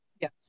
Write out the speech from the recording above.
Yes